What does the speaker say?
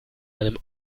einem